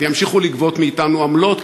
וימשיכו לגבות מאתנו עמלות,